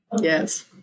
Yes